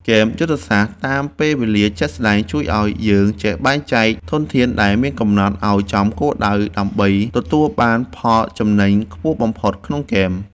ហ្គេមយុទ្ធសាស្ត្រតាមពេលវេលាជាក់ស្តែងជួយឱ្យយើងចេះបែងចែកធនធានដែលមានកំណត់ឱ្យចំគោលដៅដើម្បីទទួលបានផលចំណេញខ្ពស់បំផុតក្នុងហ្គេម។